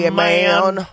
man